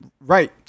right